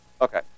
Okay